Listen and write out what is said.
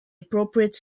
appropriate